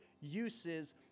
uses